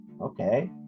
okay